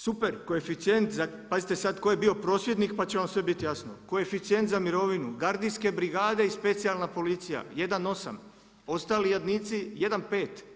Super koeficijent, pazite sad, tko je bio prosvjednik, pa će vam sve biti jasno, koeficijent za mirovinu gardijske brigade i specijalna policija 1,8, ostali jadnici 1,5.